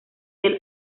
del